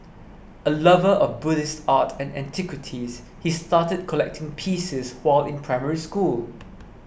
a lover of Buddhist art and antiquities he started collecting pieces while in Primary School